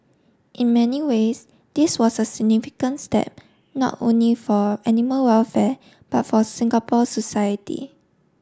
in many ways this was a significant step not only for animal welfare but for Singapore society